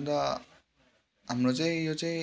अन्त हाम्रो चाहिँ यो चाहिँ